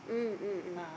mm mm mm